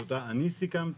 שאותה אני סיכמתי.